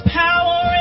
power